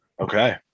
Okay